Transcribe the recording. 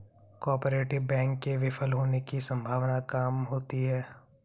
cooperative bank के विफल होने की सम्भावना काम होती है